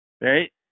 right